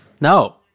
No